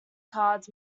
cards